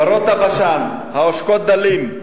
פרות הבשן העושקות דלים,